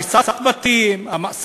הריסת הבתים, המאסרים,